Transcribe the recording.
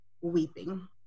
weeping